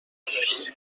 گذشته